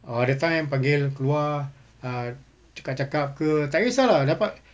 ah ada time panggil keluar err cakap cakap ke tak kisah lah dapat